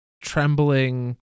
trembling